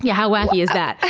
yeah how whacky is that?